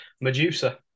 Medusa